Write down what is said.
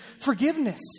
Forgiveness